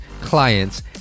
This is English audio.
clients